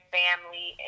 family